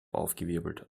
aufgewirbelt